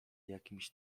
jakimś